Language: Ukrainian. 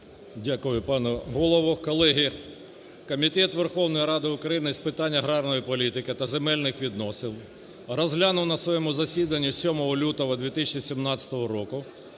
Дякую, пане Голово. Колеги, Комітет Верховної Ради України з питань аграрної політики та земельних відносин розглянув на своєму засіданні 7 лютого 2017 року